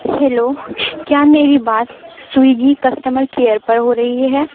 hello کیا میری بات سویگی کسٹمر کئیر پر ہو رہی ہے